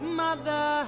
mother